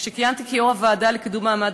כשכיהנתי כיושבת-ראש הוועדה לקידום מעמד